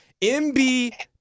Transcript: MB